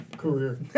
career